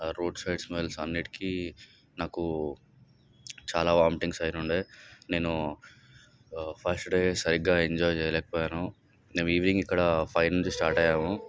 ఆ road side smells అన్నింటికి నాకు చాలా వాంథింగ్స్ అయినుండే నేను ఫస్ట్ డే సరిగా ఎంజాయ్ చేయలేకపోయాను మేము ఈవినింగ్ ఇక్కడ ఫైవ్ నుంచి స్టార్ట్ అయినాము